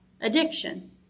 addiction